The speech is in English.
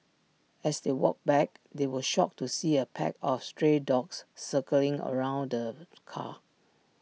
as they walked back they were shocked to see A pack of stray dogs circling around the car